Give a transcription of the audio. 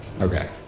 Okay